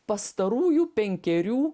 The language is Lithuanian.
pastarųjų penkerių